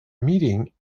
meeting